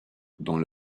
dans